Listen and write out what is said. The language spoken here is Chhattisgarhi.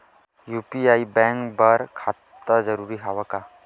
यू.पी.आई बर बैंक खाता जरूरी हवय का?